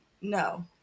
No